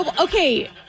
Okay